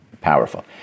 powerful